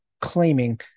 claiming